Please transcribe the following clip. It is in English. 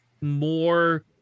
more